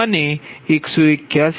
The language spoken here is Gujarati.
31 MW છે